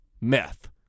meth